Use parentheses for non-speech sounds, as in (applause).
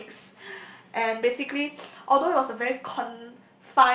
two weeks (breath) and basically although it's a very con~